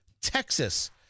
Texas